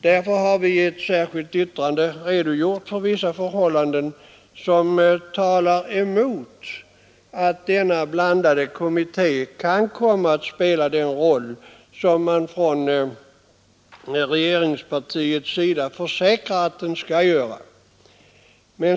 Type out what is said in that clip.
Vi har i ett särskilt yttrande redogjort för vissa förhållanden som talar mot att denna blandade kommitté kan komma att spela den roll som man från regeringspartiets sida försäkrar att den skall göra.